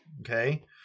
okay